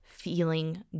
feeling